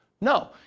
No